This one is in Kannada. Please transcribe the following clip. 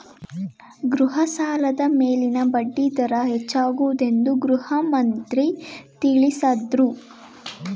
ಗೃಹ ಸಾಲದ ಮೇಲಿನ ಬಡ್ಡಿ ದರ ಹೆಚ್ಚಾಗುವುದೆಂದು ಗೃಹಮಂತ್ರಿ ತಿಳಸದ್ರು